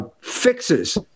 fixes